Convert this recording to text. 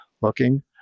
looking